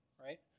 Right